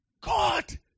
God